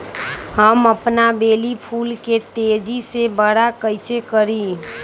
हम अपन बेली फुल के तेज़ी से बरा कईसे करी?